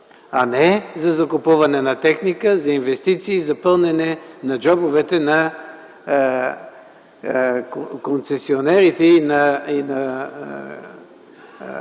а не за купуване на техника, за инвестиции и за пълнене джобовете на концесионерите и на